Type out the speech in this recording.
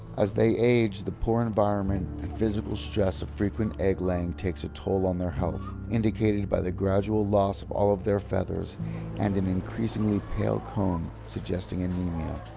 as they age, the poor environment and physical stress of frequent egg-laying takes a toll on their health, indicated by the gradual loss of all of their feathers and an increasingly pale comb suggesting anaemia.